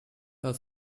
her